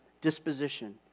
disposition